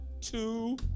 two